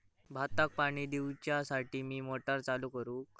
भाताक पाणी दिवच्यासाठी मी मोटर चालू करू?